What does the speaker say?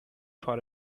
for